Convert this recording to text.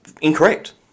incorrect